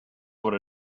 what